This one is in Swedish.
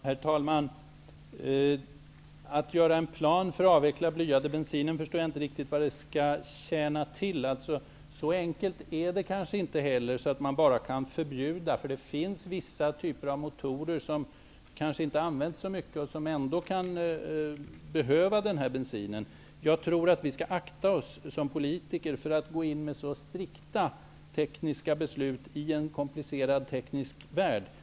Herr talman! Jag förstår inte riktigt vad det skall tjäna till att göra upp en plan för att avveckla den blyade bensinen. Det är kanske inte heller så enkelt att man bara kan förbjuda den. Det finns vissa typer av motorer som kanske inte används så mycket, men som ändå behöver den här bensinen. Jag tror att vi som politiker skall akta oss för att i en komplicerad teknisk värld gå in med så strikta tekniska beslut.